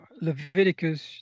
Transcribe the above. Leviticus